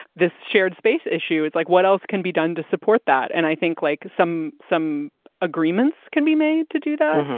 this shared space issue is like what else can be done to support that? and i think like some some agreements can be made to do that.